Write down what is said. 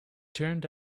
turned